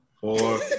four